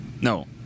No